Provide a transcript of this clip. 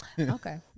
Okay